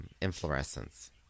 inflorescence